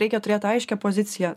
reikia turėt aiškią poziciją